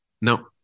No